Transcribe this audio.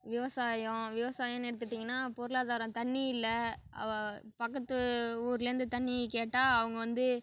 விவசாயம் விவசாயன்னு எடுத்துக்கிட்டீங்கன்னா பொருளாதாரம் தண்ணி இல்லை அவ பக்கத்து ஊர்லேருந்து தண்ணிக் கேட்டால் அவங்க வந்து